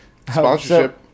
sponsorship